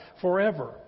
forever